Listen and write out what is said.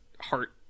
heart